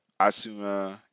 Asuna